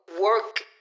work